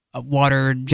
water